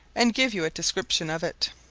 and give you a description of it.